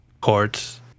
courts